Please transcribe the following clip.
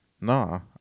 no